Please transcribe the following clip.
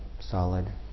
solid